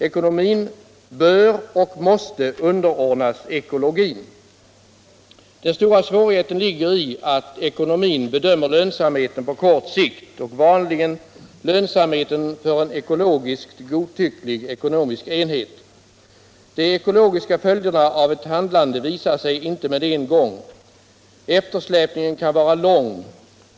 Ekonomin bör och måste underordnas ekologin. Den stora svårigheten ligger i att ekonomin bedömer lönsamheten på kort sikt och vanligen lönsamheten för en ekologiskt godtycklig ekonomisk enhet. De ekologiska följderna av ett handlande visar sig inte med en gång. Eftersläpningen kan vara lång.